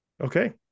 Okay